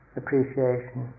appreciation